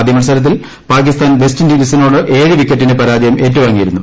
ആദ്യ ്മത്സർത്തിൽ പാകിസ്ഥാൻ വെസ്റ്റിൻഡിസിനോട് ഏഴ് വിക്ക്റ്റിന് പരാജയം ഏറ്റുവാങ്ങിയിരുന്നു